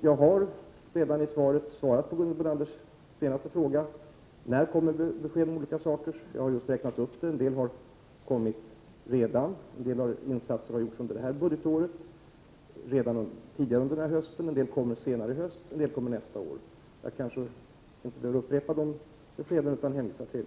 Jag har redan i svaret besvarat Gunhild Bolanders senaste fråga: När kommer besked om olika saker? Jag har just räknat upp att en del har kommit redan, en del insatser har gjorts under detta budgetår redan tidigare under hösten, en del kommer senare i höst och en del kommer under nästa år. Jag kanske inte behöver upprepa de beskeden utan hänvisar till